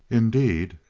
indeed,